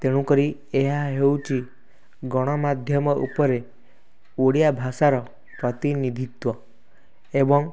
ତେଣୁ କରି ଏହା ହେଉଛି ଗଣମାଧ୍ୟମ ଉପରେ ଓଡ଼ିଆ ଭାଷାର ପ୍ରତିନିଧିତ୍ଵ ଏବଂ